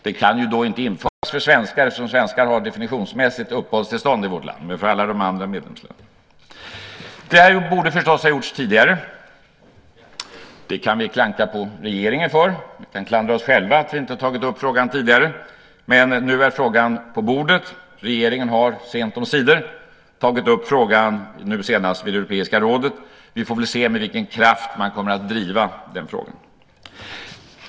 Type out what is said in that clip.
Den kan inte införas för svenskar eftersom svenskar definitionsmässigt har uppehållstillstånd i vårt land, men för alla de andra medlemsländerna. Det här borde förstås ha gjorts tidigare. Det kan vi klanka på regeringen för. Vi kan klandra oss själva för att vi inte har tagit upp frågan tidigare. Men nu är frågan på bordet. Regeringen har sent omsider tagit upp frågan, senast på Europeiska rådet. Vi får väl se med vilken kraft man kommer att driva den.